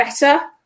better